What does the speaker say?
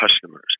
customers